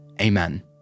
Amen